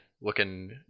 looking